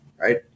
right